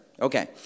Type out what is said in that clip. okay